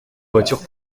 voiture